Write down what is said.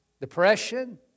Depression